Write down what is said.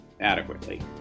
adequately